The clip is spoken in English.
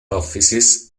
offices